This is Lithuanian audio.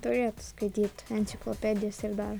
turėtų skaityti enciklopedijas ir dar